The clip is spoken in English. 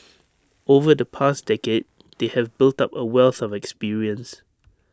over the past decade they have built up A wealth of experience